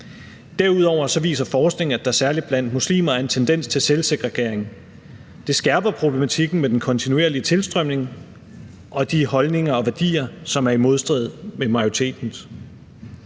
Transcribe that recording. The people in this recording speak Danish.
Derudover viser forskning, at der særlig blandt muslimer er en tendens til selvsegregering. Det skærper problematikken med den kontinuerlige tilstrømning og de holdninger og værdier, som er i modstrid med majoritetens.